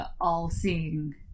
all-seeing